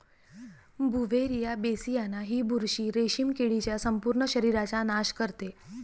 Beauveria bassiana ही बुरशी रेशीम किडीच्या संपूर्ण शरीराचा नाश करते